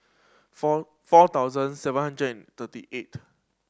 four four thousand seven hundred thirty eight